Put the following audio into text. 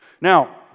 Now